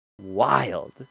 wild